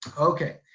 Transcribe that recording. okay,